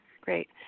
Great